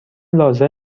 لازم